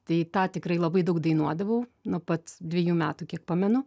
tai tą tikrai labai daug dainuodavau nuo pat dviejų metų kiek pamenu